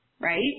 right